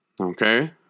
Okay